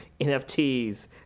NFTs